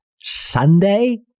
Sunday